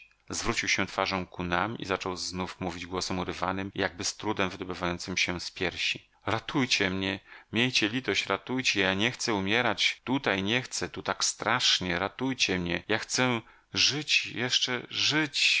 zwrócił się twarzą ku nam i zaczął znów mówić głosem urywanym i jakby z trudem wydobywającym się z piersi ratujcie mnie miejcie litość ratujcie ja nie chcę umierać tutaj nie chcę tu tak strasznie ratujcie mnie ja chcę żyć jeszcze żyć